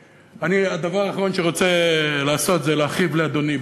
הדבר האחרון שאני רוצה לעשות זה להכאיב לאדוני,